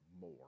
more